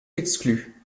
exclu